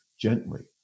gently